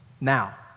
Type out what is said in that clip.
Now